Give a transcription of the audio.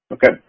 Okay